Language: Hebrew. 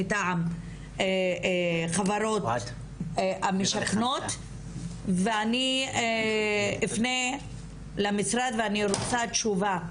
מטעם החברות המשכנות ואני אפנה למשרד ואני רוצה תשובה.